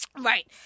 Right